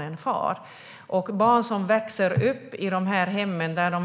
När de barn och ungdomar som har vuxit upp i dessa hem och